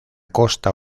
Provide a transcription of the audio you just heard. costa